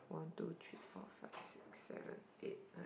one two three four five six seven